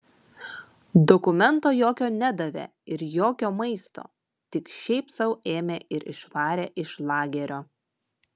dokumento jokio nedavė ir jokio maisto tik šiaip sau ėmė ir išvarė iš lagerio